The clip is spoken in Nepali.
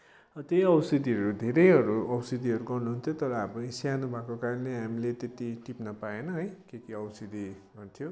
र त्यही औषधीहरू धेरैहरू औषधीहरू बनाउनु हुन्थ्यो तर हामी सानो भएको कारणले हामी त्यति टिप्न पाएनौँ है के के औषधी बनाउनु हुन्थ्यो